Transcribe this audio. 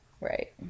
Right